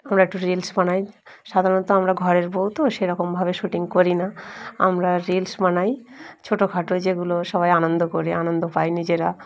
আমরা একটু রিলস বানাই সাধারণত আমরা ঘরের বউ তো সেরকমভাবে শুটিং করি না আমরা রিলস বানাই ছোটো খাটো যেগুলো সবাই আনন্দ করি আনন্দ পাই নিজেরা